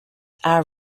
are